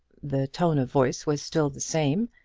the tone of voice was still the same,